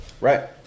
Right